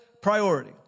priority